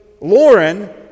Lauren